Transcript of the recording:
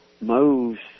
moves